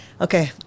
Okay